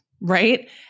right